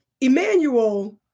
Emmanuel